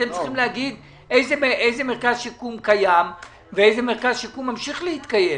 אתם צריכים להגיד איזה מרכז שיקום קיים ואיזה מרכז שיקום ממשיך להתקיים.